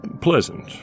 pleasant